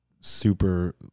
super